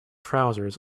trousers